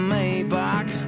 Maybach